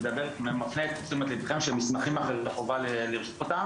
אני מפנה את תשומת לבכם שהחובה לשמור מסמכים אחרים.